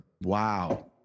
wow